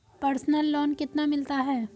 Personal loan कितना मिलता है?